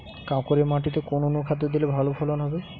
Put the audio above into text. কাঁকুরে মাটিতে কোন অনুখাদ্য দিলে ভালো ফলন হবে?